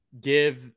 give